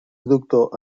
doctor